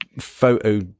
photo